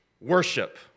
worship